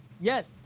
Yes